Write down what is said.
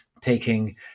taking